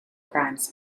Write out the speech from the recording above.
crimes